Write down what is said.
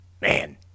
Man